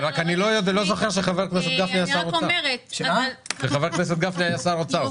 אני לא זוכר שחבר הכנסת גפני היה שר אוצר.